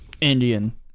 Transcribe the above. Indian